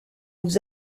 aux